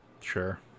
sure